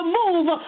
move